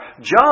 John